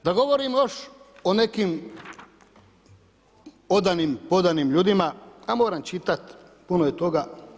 Da govorim još o nekim odanim, podanim ljudima, a moram čitat, puno je toga.